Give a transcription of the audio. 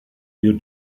you